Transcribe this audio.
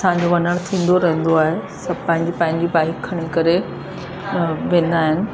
असांजो वञणु थींदो रहंदो आहे सभु पंहिंजूं पंहिंजूं पाइप खणी करे वेंदा आहिनि